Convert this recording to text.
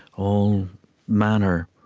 all manner